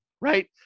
right